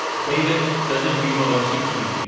david, does it use a lot of cpu?